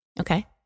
Okay